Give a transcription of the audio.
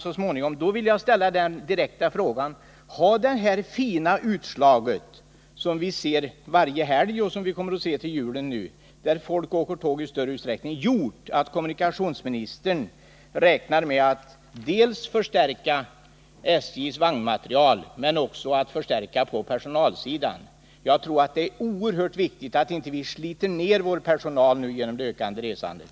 Jag vill ställa den direkta frågan: Har det fina utslag som vi ser varje helg och som vi kommer att få se till julen — folk åker nu tåg i större utsträckning — gjort att kommunikationsministern räknar med dels att förstärka SJ:s vagnmaterial, dels att förstärka på personalsidan? Jag tror att det är oerhört viktigt att vi inte sliter ned vår personal genom det ökande Nr 43